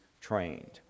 trained